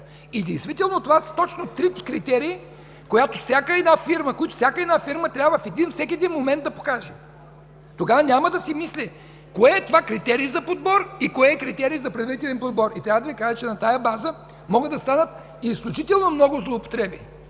Действително това са точно трите критерия, които всяка фирма трябва във всеки един момент да покаже. Тогава няма да се мисли кое е това критерий за подбор и кое е критерий за предварителен подбор. Трябва да Ви кажа, че на тази база могат да станат изключително много злоупотреби.